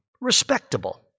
respectable